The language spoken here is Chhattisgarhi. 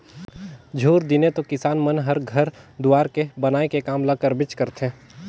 झूर दिने तो किसान मन हर घर दुवार के बनाए के काम ल करबेच करथे